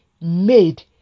made